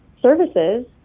services